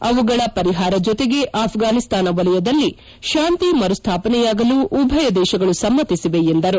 ಅವುಗಳ ಪರಿಹಾರ ಜೊತೆಗೆ ಅಫ್ವಾನಿಸ್ತಾನ ವಲಯದಲ್ಲಿ ಶಾಂತಿ ಮರುಸ್ವಾಪನೆಯಾಗಲು ಉಭಯ ದೇಶಗಳು ಸಮ್ಮತಿಸಿವೆ ಎಂದರು